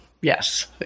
Yes